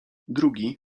drugi